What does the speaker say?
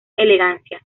elegancia